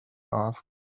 asked